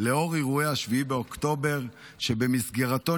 בעקבות אירועי 7 באוקטובר, שבמסגרתם